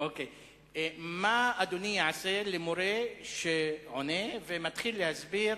מה אדוני יעשה למורה שעונה ומתחיל להסביר